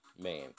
Man